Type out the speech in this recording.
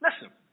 listen